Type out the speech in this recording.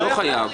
לא חייב.